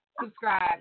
subscribe